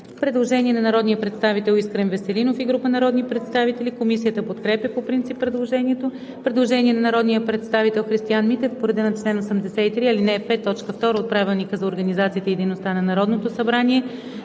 Предложение на народния представител Искрен Веселинов и група народни представители. Комисията подкрепя по принцип предложението. Предложение от народния представител Христиан Митев по реда на чл. 83, ал. 5, т. 2 от Правилника за организацията и дейността на Народното събрание.